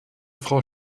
frau